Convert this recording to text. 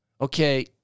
Okay